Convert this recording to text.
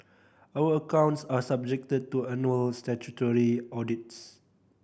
our accounts are subjected to annual statutory audits